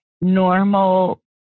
normal